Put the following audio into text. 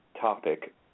topic